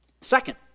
Second